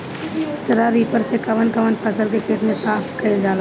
Straw reaper से कवन कवनी फसल के खेत साफ कयील जाला?